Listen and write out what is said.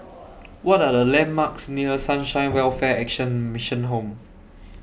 What Are The landmarks near Sunshine Welfare Action Mission Home